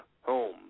home